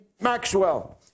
Maxwell